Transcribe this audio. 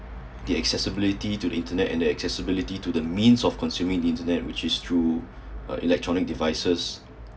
the accessibility to the internet and the accessibility the means of consuming the internet which is through uh electronic devices